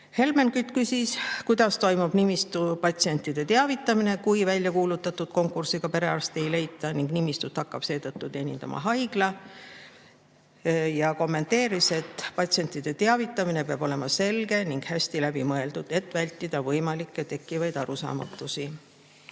Kütt küsis, kuidas toimub nimistu patsientide teavitamine, kui väljakuulutatud konkursiga perearsti ei leita ning nimistut hakkab seetõttu teenindama haigla. Ta kommenteeris, et patsientide teavitamine peab olema selge ning hästi läbi mõeldud, et vältida võimalikke arusaamatusi.